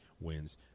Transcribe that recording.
wins